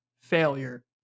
failure